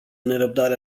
nerăbdare